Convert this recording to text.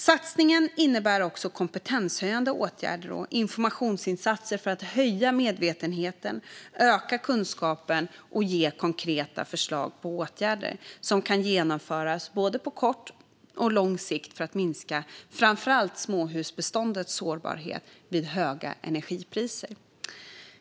Satsningen innebär också kompetenshöjande åtgärder och informationsinsatser för att höja medvetenheten, öka kunskapen och ge konkreta förslag på åtgärder som kan genomföras på både kort och lång sikt för att minska framför allt småhusbeståndets sårbarhet vid höga energipriser.